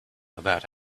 about